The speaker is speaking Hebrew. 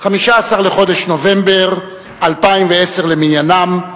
15 בחודש נובמבר 2010 למניינם,